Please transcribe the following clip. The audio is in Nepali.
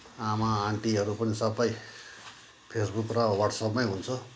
आमा आन्टीहरू पनि सबै फेसबुक र वाट्सएपमै हुन्छ